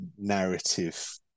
narrative